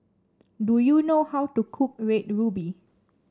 do you know how to cook Red Ruby